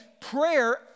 prayer